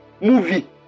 movie